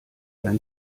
dein